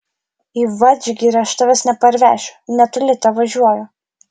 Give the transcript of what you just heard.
į vadžgirį aš tavęs neparvešiu netoli tevažiuoju